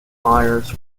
myers